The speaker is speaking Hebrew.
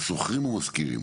שוכרים ומשכירים.